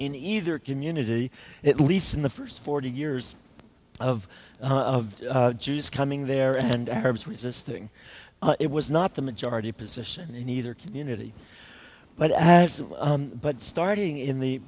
in either community at least in the first forty years of jews coming there and arabs resisting it was not the majority position in either community but hasn't but starting in the